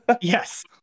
yes